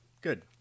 Good